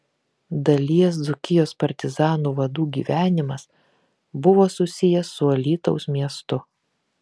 dalies dzūkijos partizanų vadų gyvenimas buvo susijęs su alytaus miestu